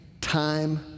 time